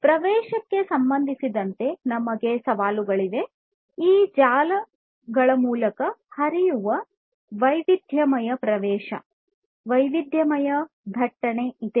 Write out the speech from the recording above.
ಪ್ರವೇಶಕ್ಕೆ ಸಂಬಂಧಿಸಿದಂತೆ ನಮಗೆ ಸವಾಲುಗಳಿವೆ ಈ ಜಾಲಗಳ ಮೂಲಕ ಹರಿಯುವ ವೈವಿಧ್ಯಮಯ ಪ್ರವೇಶ ವೈವಿಧ್ಯಮಯ ದಟ್ಟಣೆ ಇದೆ